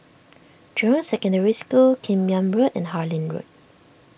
Jurong Secondary School Kim Yam Road and Harlyn Road